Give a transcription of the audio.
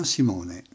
Simone